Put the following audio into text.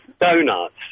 donuts